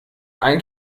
ein